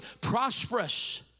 prosperous